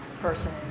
person